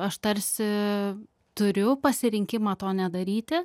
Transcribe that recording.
aš tarsi turiu pasirinkimą to nedaryti